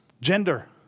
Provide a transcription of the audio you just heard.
Gender